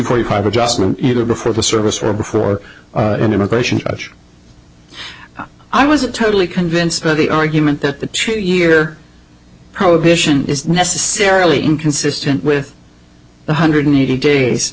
point five adjustment either before the service or before an immigration judge i was totally convinced by the argument that the two year prohibition is necessarily inconsistent with one hundred eighty days